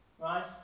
right